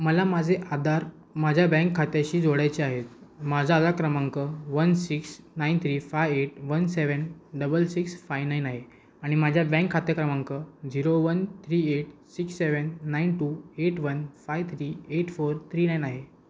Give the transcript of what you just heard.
मला माझे आधार माझ्या बँक खात्याशी जोडायचे आहे माझा आधार क्रमांक one six nine three five eight one seven double six five nine आहे आणि माझ्या बँक खाते क्रमांक zero one three eight six seven nine two eight one five three eight four three nine आहे